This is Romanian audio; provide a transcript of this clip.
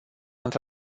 într